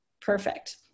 perfect